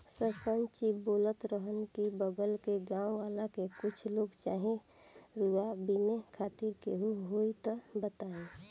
सरपंच जी बोलत रहलन की बगल के गाँव वालन के कुछ लोग चाही रुआ बिने खातिर केहू होइ त बतईह